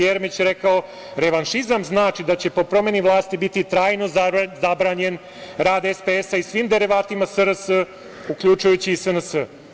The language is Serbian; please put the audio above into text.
Jeremić je rekao: "Revanšizam znači da će po promeni vlasti biti trajno zabranjen rad SPS i svim derivatima SRS, uključujući i SNS.